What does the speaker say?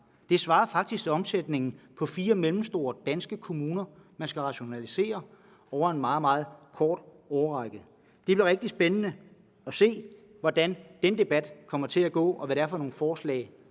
man skal rationalisere omsætningen i fire mellemstore danske kommuner over en meget, meget kort årrække. Det bliver rigtig spændende at se, hvordan den debat kommer til at gå, og hvad det er for nogle forslag,